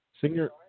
Senior